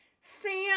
Sam